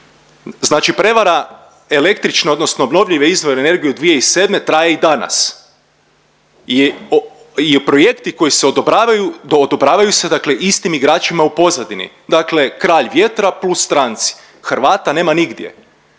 Znači prevara električne odnosno obnovljive izvore energije od 2007. traje i danas i projekti koji se odobravaju, odobravaju se istim igračima u pozadini, dakle kralj vjetra plus stranci, Hrvata nema nigdje.